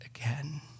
again